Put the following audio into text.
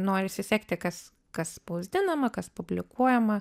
norisi sekti kas kas spausdinama kas publikuojama